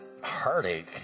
heartache